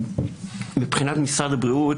מבחינת משרד הבריאות,